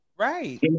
Right